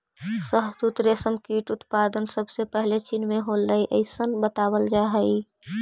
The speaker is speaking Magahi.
शहतूत रेशम कीट उत्पादन सबसे पहले चीन में होलइ अइसन बतावल जा हई